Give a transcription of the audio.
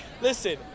Listen